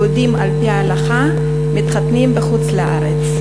יהודים על-פי ההלכה, מתחתנים בחוץ-לארץ.